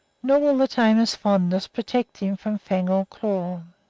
nor will the tamer's fondness protect him from fang and claw.